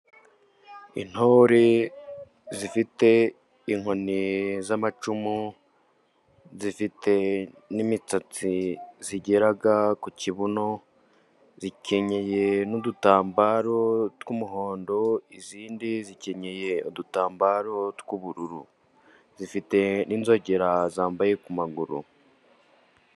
Intore zifite inkoni z'amacumu, zifite n'imisatsi igera ku kibuno, zikenyeye n'udutambaro tw'umuhondo, izindi zikenye udutambaro tw'ubururu, zifite n'inzogera zambaye ku maguru.